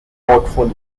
portfolio